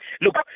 Look